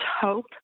hope